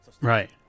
Right